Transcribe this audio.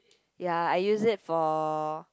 ya I use it for